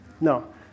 No